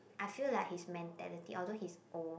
I feel like his mentality also he's old